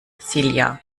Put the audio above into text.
silja